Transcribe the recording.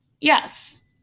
yes